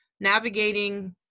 navigating